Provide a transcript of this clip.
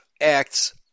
acts